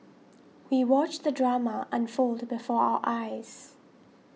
we watched the drama unfold before our eyes